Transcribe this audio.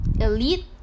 elite